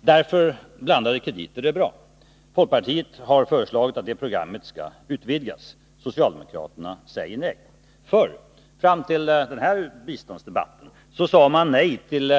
Därför är blandade krediter bra. Folkpartiet har föreslagit att det programmet skall utvidgas. Socialdemokraterna säger nej. Fram till denna biståndsdebatt sade socialdemokraterna nej till